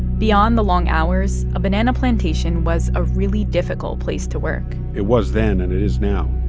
beyond the long hours, a banana plantation was a really difficult place to work it was then, and it is now